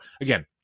again